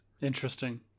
interesting